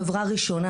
חברה ראשונה,